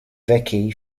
vickie